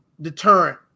deterrent